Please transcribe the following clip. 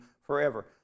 forever